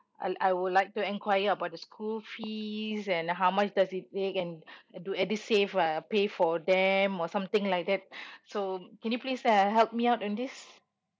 I I would like to enquire about the school fees and how much does it they can do edusave uh pay for them or something like that so can you please uh help me out on this